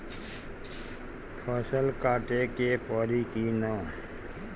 फसल काटे के परी कि न?